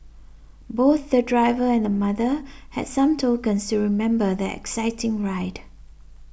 both the driver and the mother had some tokens to remember their exciting ride